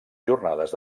jornades